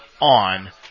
on